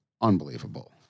unbelievable